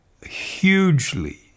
hugely